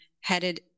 headed